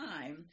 time